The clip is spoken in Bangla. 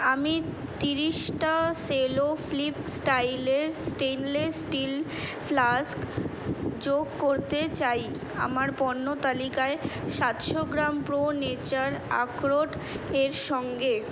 আমি তিরিশটা সেলো ফ্লিপ স্টাইলের স্টেনলেস স্টিল ফ্লাস্ক যোগ করতে চাই আমার পণ্য তালিকায় সাতশো গ্রাম প্রো নেচার আখরোট এর সঙ্গে